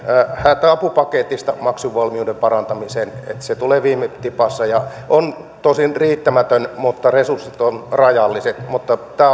hätäapupaketista maksuvalmiuden parantamiseen että se tulee viime tipassa ja on tosin riittämätön resurssit ovat rajalliset mutta on